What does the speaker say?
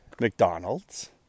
McDonald's